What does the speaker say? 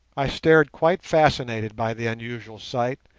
i stared quite fascinated by the unusual sight,